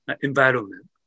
environment